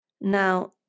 Now